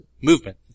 movement